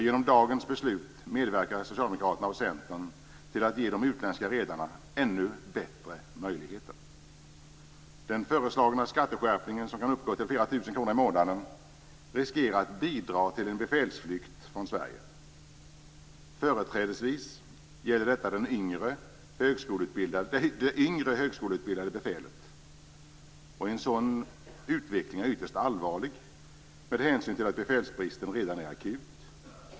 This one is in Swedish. Genom dagens beslut medverkar Socialdemokraterna och Centern till att ge de utländska redarna ännu bättre möjligheter. Den föreslagna skatteskärpningen, som kan uppgå till flera tusen kronor i månaden, riskerar att bidra till en befälsflykt från Sverige. Företrädesvis gäller detta det yngre högskoleutbildade befälet. En sådan utveckling är ytterst allvarlig med hänsyn till att befälsbristen redan är akut.